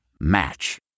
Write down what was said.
Match